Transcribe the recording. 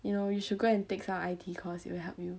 you know you should go and take some I_T course it will help you